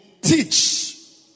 teach